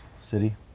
city